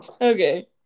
Okay